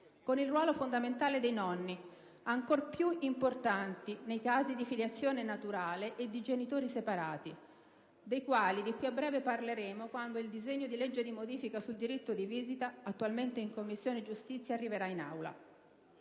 con il ruolo fondamentale dei nonni, ancor più importanti nei casi di filiazione naturale e di genitori separati, dei quali di qui a breve parleremo quando il disegno di legge di modifica sul diritto di visita, attualmente in Commissione giustizia, arriverà in Aula.